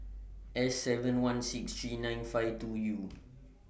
S seven one six three nine five two U